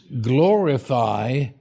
glorify